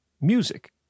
music